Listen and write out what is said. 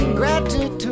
gratitude